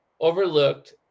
overlooked